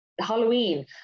Halloween